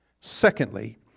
Secondly